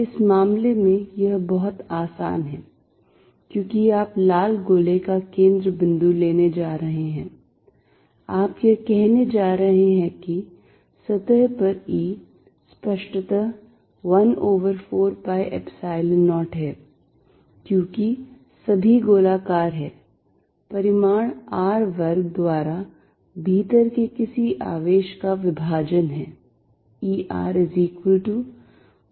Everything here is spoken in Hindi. इस मामले में यह बहुत आसान है क्योंकि आप लाल गोले का केंद्र बिंदु लेने जा रहे हैं आप यह कहने जा रहे हैं कि सतह पर E स्पष्टतः 1 over 4 pi Epsilon 0 है क्योंकि सभी गोलाकार है परिमाण R वर्ग द्वारा भीतर के किसी आवेश का विभाजन है